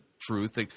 truth